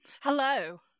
Hello